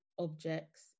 objects